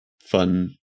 fun